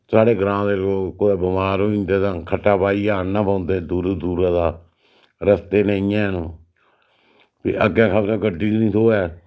साढ़ै ग्रांऽ दे लोक कुतै बमार होई जंदे तां खट्टा पाइयै आह्नना पौंदे दूरा दूरा दा रस्ते नेईं हैन फ्ही अग्गें खबरै गड्डी गै नी थ्होऐ